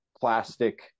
plastic